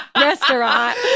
restaurant